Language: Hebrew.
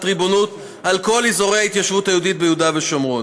ריבונות על כל אזורי ההתיישבות היהודית ביהודה ושומרון.